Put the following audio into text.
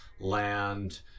land